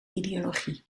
ideologie